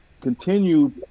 continue